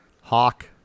Hawk